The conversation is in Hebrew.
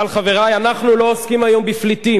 אבל, חברי, אנחנו לא עוסקים היום בפליטים,